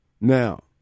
Now